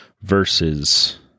versus